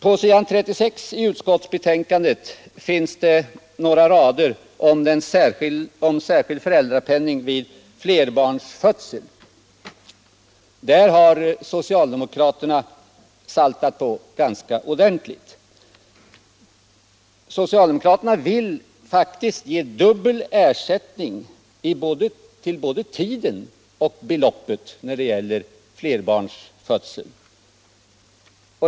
På s. 36 i utskottsbetänkandet finns det några rader om den särskilda föräldrapenningen vid flerbarnsfödsel. Där har socialdemokraterna saltat på ganska ordentligt. Socialdemokraterna vill faktiskt ge dubbel ersättning i fråga om både tiden och beloppet när det gäller flerbarnsfödsel.